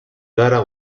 gara